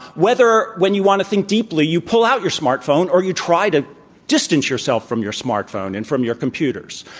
whether, when you want to think deeply, you pull out your smartphone, or you try to distance yourself from your smartphone and from your computers.